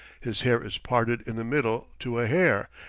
his hair is parted in the middle to a hair,